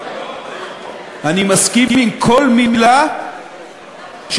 אני מסכים עם כל מילה שאמרת.